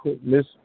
Miss